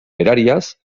berariaz